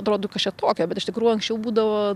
atrodo kas čia tokio bet iš tikrųjų anksčiau būdavo